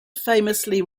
famously